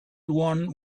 one